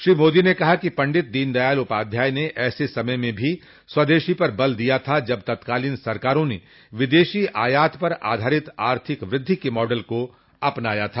श्री मोदी ने कहा कि पंडित दीनदयाल उपाध्याय ने ऐसे समय में भी स्वदेशी पर बल दिया था जब तत्कालीन सरकारों ने विदेशी आयात पर आधारित आर्थिक वृद्धि के मॉडल को अपनाया था